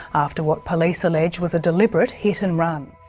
after what police allege was a deliberate hit-and-run.